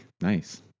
nice